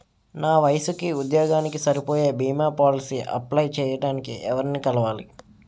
నా వయసుకి, ఉద్యోగానికి సరిపోయే భీమా పోలసీ అప్లయ్ చేయటానికి ఎవరిని కలవాలి?